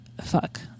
fuck